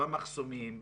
במחסומים,